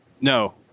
no